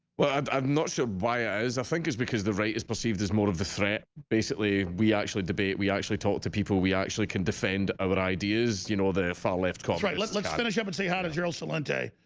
well, i'm not sure why eyes i think is because the rate is perceived as more of the threat basically, we actually debate we actually talk to people we actually can famed oven ideas, you know the far-left call, right? let's like finish up and say hi to gerald celente,